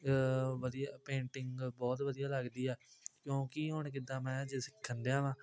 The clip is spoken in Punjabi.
ਵਧੀਆ ਪੇਂਟਿੰਗ ਬਹੁਤ ਵਧੀਆ ਲੱਗਦੀ ਆ ਕਿਉਂਕਿ ਹੁਣ ਕਿੱਦਾਂ ਮੈਂ ਜੇ ਸਿੱਖਣਦਿਆ ਹਾਂ